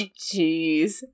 jeez